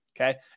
okay